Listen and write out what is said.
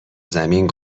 زمین